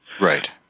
right